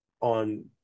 on